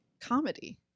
comedy